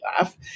laugh